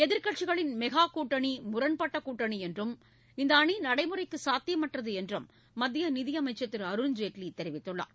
எதிர்க்கட்சிகளின் மெகா கூட்டணி முரண்பட்ட கூட்டணி என்றும் இந்த அணி நடைமுறைக்கு சாத்தியமற்றது என்றும் மத்திய நிதியமைச்சர் திரு அருண்ஜேட்லி தெரிவித்துள்ளார்